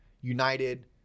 United